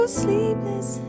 sleepless